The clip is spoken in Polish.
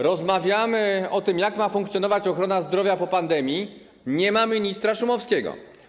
Rozmawiamy o tym, jak ma funkcjonować ochrona zdrowia po pandemii - nie ma ministra Szumowskiego.